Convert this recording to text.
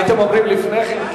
הייתם אומרים לפני כן,